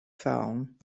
fallen